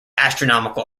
astronomical